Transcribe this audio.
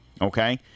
okay